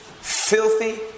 filthy